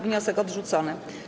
Wniosek odrzucono.